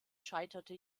scheiterte